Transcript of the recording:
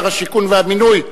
שר השיכון והבינוי,